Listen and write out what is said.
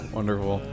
wonderful